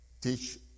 teach